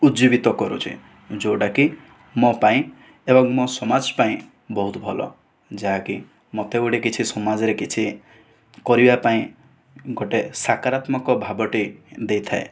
ଉଜ୍ଜୀବିତ କରୁଛି ଯେଉଁଟାକି ମୋ' ପାଇଁ ଏବଂ ମୋ' ସମାଜ ପାଇଁ ବହୁତ ଭଲ ଯାହାକି ମୋତେ ଗୋଟିଏ କିଛି ସମାଜରେ କିଛି କରିବା ପାଇଁ ଗୋଟିଏ ସକାରାତ୍ମକ ଭାବଟେ ଦେଇଥାଏ